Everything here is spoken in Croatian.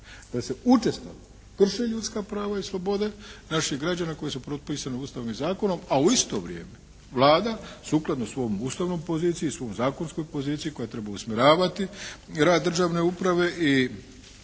da se učestalo krše ljudska prava i slobode naših građana koja u propisana Ustavom i zakonom a u isto vrijeme Vlada sukladno svojoj ustavnoj poziciji, svojoj zakonskoj poziciji koja treba usmjeravati rad državne uprave i